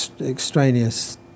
extraneous